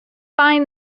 find